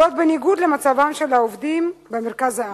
זאת, בניגוד למצבם של עובדים במרכז הארץ.